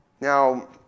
Now